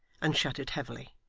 and shut it heavily.